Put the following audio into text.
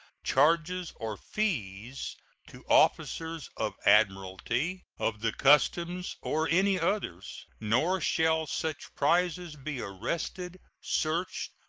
charges, or fees to officers of admiralty, of the customs, or any others nor shall such prizes be arrested, searched,